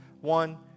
One